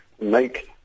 make